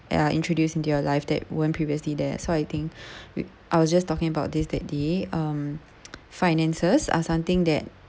that are introduced into your life that weren't previously there so I think we I was just talking about this that day um finances or something that